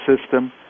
system